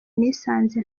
nisanze